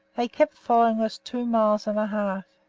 they kept following us two miles and a half.